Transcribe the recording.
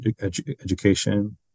education